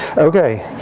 ok.